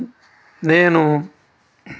నేను